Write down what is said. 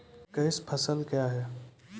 Cash फसल क्या हैं?